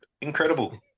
Incredible